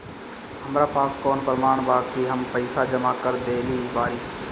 हमरा पास कौन प्रमाण बा कि हम पईसा जमा कर देली बारी?